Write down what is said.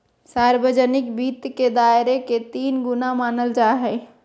सार्वजनिक वित्त के दायरा के तीन गुना मानल जाय हइ